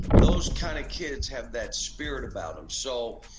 those kind of kids have that spirit about em. so,